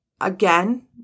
Again